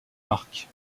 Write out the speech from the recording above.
marque